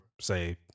say